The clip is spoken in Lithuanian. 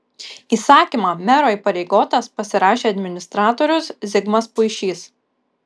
įsakymą mero įpareigotas pasirašė administratorius zigmas puišys